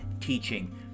teaching